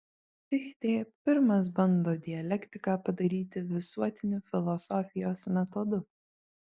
fichtė pirmas bando dialektiką padaryti visuotiniu filosofijos metodu